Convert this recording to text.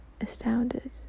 astounded